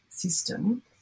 system